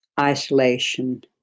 isolation